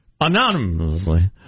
Anonymously